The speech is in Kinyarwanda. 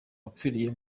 wapfiriye